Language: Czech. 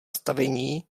stavení